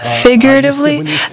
figuratively